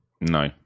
No